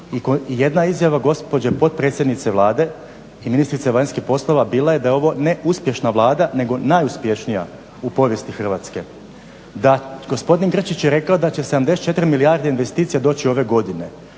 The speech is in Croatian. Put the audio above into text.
i jedna izjava gospođe potpredsjednice Vlade i ministrice vanjskih poslova bila je da je ovo ne uspješna Vlada, nego najuspješnija u povijesti Hrvatske. Da, gospodin Grčić je rekao da će 74 milijardi investicija doći ove godine,